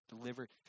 delivered